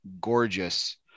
gorgeous